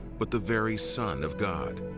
but the very son of god.